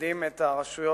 מעודדים את הרשויות